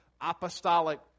apostolic